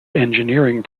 engineering